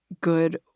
good